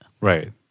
Right